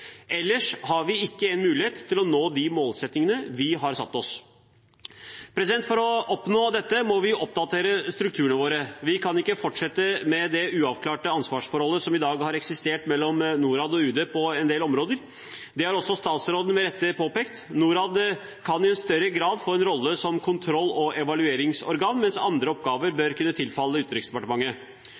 ellers har vi ikke en mulighet til å nå de målsettingene vi har satt oss. For å oppnå dette må vi oppdatere strukturene våre. Vi kan ikke fortsette med det uavklarte ansvarsforholdet som i dag eksisterer mellom Norad og UD på en del områder. Det har også statsråden med rette påpekt. Norad kan i større grad få en rolle som kontroll- og evalueringsorgan, mens andre oppgaver bør kunne tilfalle Utenriksdepartementet.